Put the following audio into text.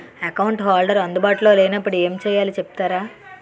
Account holder అందు బాటులో లే నప్పుడు ఎం చేయాలి చెప్తారా?